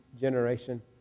generation